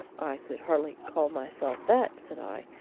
i could hardly call myself that, said i.